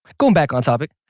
going back on topic.